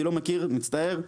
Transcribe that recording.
אני לא מכיר מצטער,